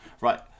right